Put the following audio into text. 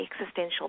existential